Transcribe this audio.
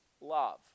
love